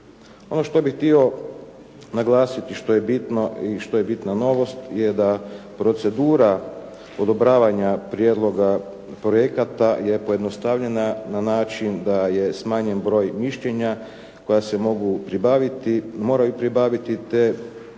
Ono što bih htio naglasiti što je bitno i što je bitna novost je da procedura odobravanja prijedloga projekata je pojednostavljena na način da je smanjen broj mišljenja koja se mogu pribaviti, moraju